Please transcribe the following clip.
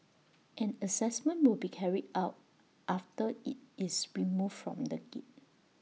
an Assessment will be carried out after IT is removed from the gate